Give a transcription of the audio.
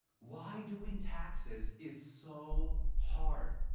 why doing taxes is so hard.